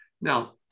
Now